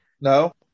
No